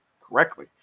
correctly